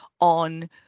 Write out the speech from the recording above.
on